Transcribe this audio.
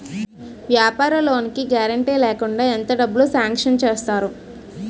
వ్యాపార లోన్ కి గారంటే లేకుండా ఎంత డబ్బులు సాంక్షన్ చేస్తారు?